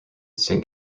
saint